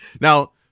Now